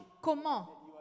Comment